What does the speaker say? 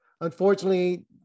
Unfortunately